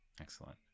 Excellent